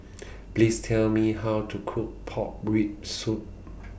Please Tell Me How to Cook Pork Rib Soup